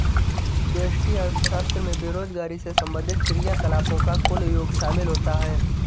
व्यष्टि अर्थशास्त्र में बेरोजगारी से संबंधित क्रियाकलापों का कुल योग शामिल होता है